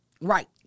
Right